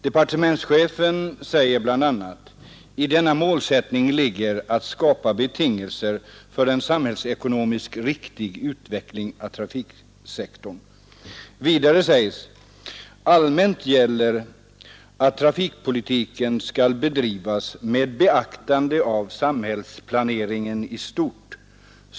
Departementschefen säger bl.a.: ”I denna målsättning ligger att skapa betingelser för en samhällsekonomiskt riktig utveckling av trafiksektorn.” Vidare sägs: ”Allmänt gäller att trafikpolitiken skall bedrivas med beaktande av samhällsplaneringen i stort.